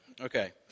Okay